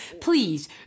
please